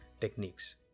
techniques